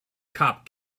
cop